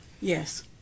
Yes